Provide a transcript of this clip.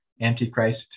Antichrist